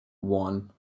one